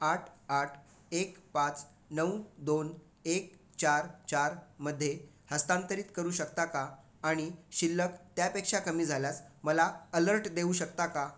आठ आठ एक पाच नऊ दोन एक चार चारमध्ये हस्तांतरित करू शकता का आणि शिल्लक त्यापेक्षा कमी झाल्यास मला अलर्ट देऊ शकता का